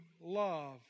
love